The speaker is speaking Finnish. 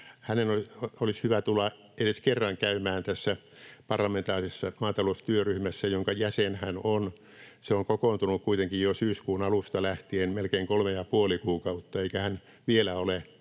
hänen olisi hyvä tulla edes kerran käymään tässä parlamentaarisessa maataloustyöryhmässä, jonka jäsen hän on. Se on kokoontunut kuitenkin jo syyskuun alusta lähtien, melkein kolme ja puoli kuukautta, eikä hän vielä ole